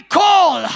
call